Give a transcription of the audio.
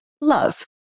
Love